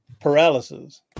paralysis